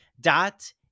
dot